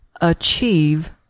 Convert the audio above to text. achieve